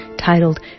titled